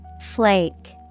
Flake